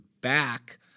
back